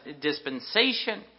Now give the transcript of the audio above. dispensation